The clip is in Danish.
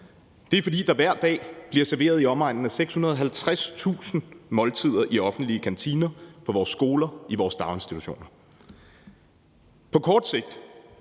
Det er, fordi der hver dag bliver serveret i omegnen af 650.000 måltider i offentlige kantiner, på vores skoler, i vores daginstitutioner. På kort sigt